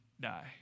die